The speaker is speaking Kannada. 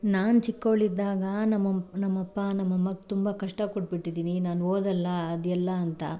ನಾನು ಚಿಕ್ಕವಳಿದ್ದಾಗ ನಮ್ಮ ನಮ್ಮಪ್ಪ ನಮ್ಮಮ್ಮಗೆ ತುಂಬ ಕಷ್ಟ ಕೊಟ್ಬಿಟ್ಟಿದ್ದೀನಿ ನಾನು ಓದೋಲ್ಲಾ ಅದೆಲ್ಲ ಅಂತ